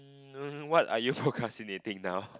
um no no what are you procrastinating now